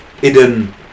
hidden